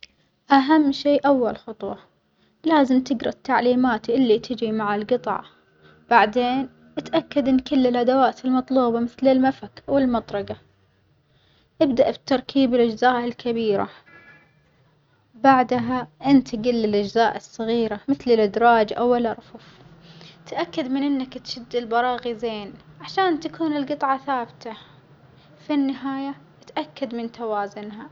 أهم شي أول خطوة، لازم تجرا التعليمات اللي تيجي مع الجطع بعدين اتأكد إن كل الأدوات المطلوبة مثل المفك أو المطرجة، ابدأ بتركيب الأجزاء الكبيرة بعدها انتجل للأجزاء الصغيرة مثل الأدراج أو الأرفف، تأكد من إنك تشد البراغي زين عشان تكون الجطعة ثابتة في النهاية اتأكد من توازنها.